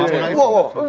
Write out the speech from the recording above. a lot of